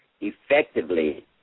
effectively